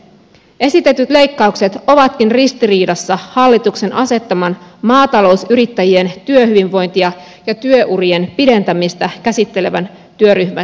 esitetyt leikkaukset ovatkin ristiriidassa hallituksen asettaman maatalousyrittäjien työhyvinvointia ja työurien pidentämistä käsittelevän työryhmän työn kanssa